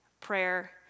prayer